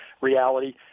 reality